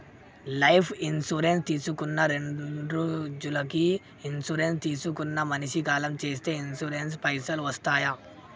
Life insurance తీసుకున్న రెండ్రోజులకి insurance తీసుకున్న మనిషి కాలం చేస్తే ఇన్సూరెన్స్ పైసల్ వస్తయా?